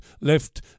left